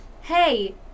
hey